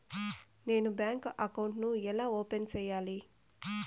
నేను bank account ను ఎలా ఓపెన్ సేయాలి?